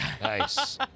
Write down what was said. Nice